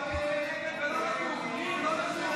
ההצעה